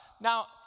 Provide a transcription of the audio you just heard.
Now